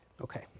Okay